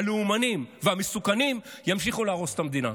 הלאומנים והמסוכנים ימשיכו להרוס את המדינה.